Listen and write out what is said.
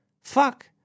fuck